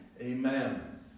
Amen